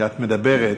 כשאת מדברת,